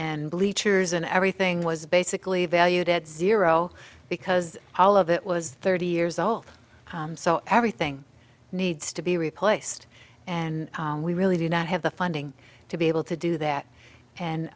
and bleachers and everything was basically valued at zero because all of it was thirty years old so everything needs to be replaced and we really do not have the funding to be able to do that and